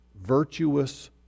virtuous